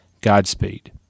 Godspeed